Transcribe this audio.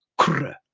korrra!